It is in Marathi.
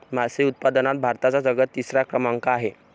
मासे उत्पादनात भारताचा जगात तिसरा क्रमांक आहे